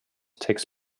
takes